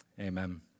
Amen